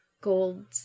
gold